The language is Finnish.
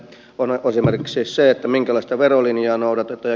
on esimerkiksi se minkälaista verolinjaa noudatetaan